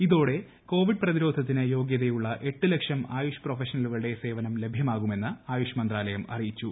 ഇതോടെ കോവിഡ് പ്രതിരോധത്തിന് യോഗ്യതയുള്ള എട്ട് ലക്ഷം ആയുഷ് പ്രൊഫഷണലുകളുടെ സേവനം ലഭ്യമാകുമെന്ന് ആയുഷ് മന്ത്രാലയം അറിയിച്ചു